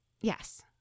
Yes